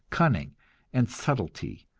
cunning and subtlety,